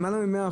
למעלה מ-100%.